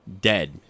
Dead